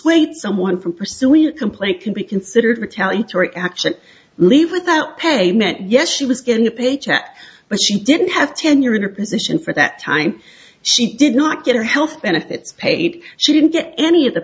that someone from pursuing a complaint can be considered retaliatory action leave without pay meant yes she was getting a paycheck but she didn't have tenure in her position for that time she did not get her health benefits paid she didn't get any of the